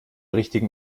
richtigen